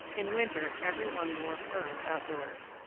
in winter every one wore furs outdoors.